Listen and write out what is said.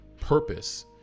purpose